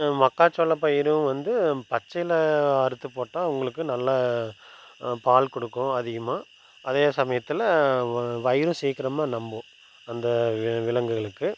மக்காச்சோளம் பயிரும் வந்து பச்சை இலை அறுத்து போட்டால் உங்களுக்கு நல்லா பால் கொடுக்கும் அதிகமாக அதே சமயத்தில் வ வயிறும் சீக்கிரமாக நம்பும் அந்த வி விலங்குகளுக்கு